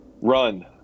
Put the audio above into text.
Run